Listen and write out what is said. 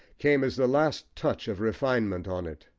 came as the last touch of refinement on it,